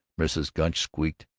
mrs. gunch squeaked,